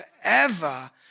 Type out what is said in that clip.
forever